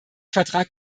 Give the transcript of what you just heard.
vertrag